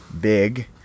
big